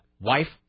Wife